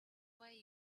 why